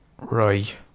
Right